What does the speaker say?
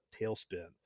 tailspin